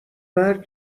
مرگ